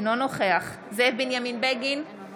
אינו נוכח זאב בנימין בגין, אינו